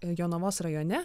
jonavos rajone